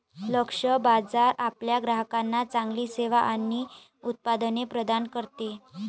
लक्ष्य बाजार आपल्या ग्राहकांना चांगली सेवा आणि उत्पादने प्रदान करते